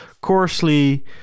coarsely